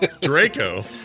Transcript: Draco